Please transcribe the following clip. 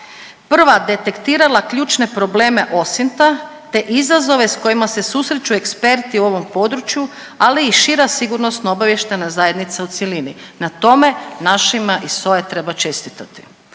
prva detektirala ključne probleme OSINT-a, te izazove s kojima se susreću eksperti u ovom području, ali i šira Sigurnosno-obavještajna zajednica u cjelini, na tome našima iz SOA-e treba čestitati.